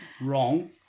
wrong